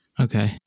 Okay